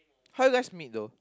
how you guys meet though